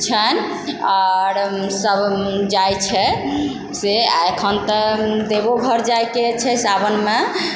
छनि आओर सब जाइ छै से एखन तऽ देवोघर जाइके छै सावनमे